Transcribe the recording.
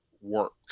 work